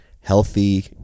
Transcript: healthy